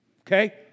okay